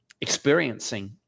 experiencing